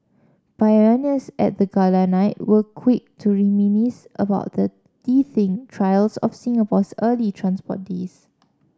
pioneers at the gala night were quick to reminisce about the teething trials of Singapore's early transport days